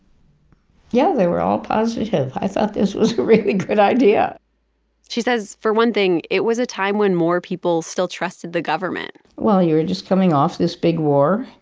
yeah, they were all positive. i thought this was a really good idea she says, for one thing, it was a time when more people still trusted the government well, you were just coming off this big war,